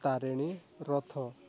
Tarini Rath